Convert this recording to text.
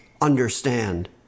understand